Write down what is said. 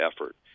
effort